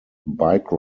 bike